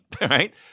right